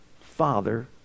father